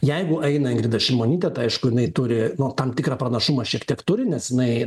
jeigu eina ingrida šimonytė tai aišku jinai turi nu tam tikrą pranašumą šiek tiek turi nes jinai